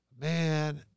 Man